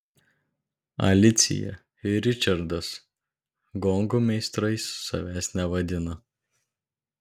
alicija ir ričardas gongo meistrais savęs nevadina